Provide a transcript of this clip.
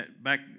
back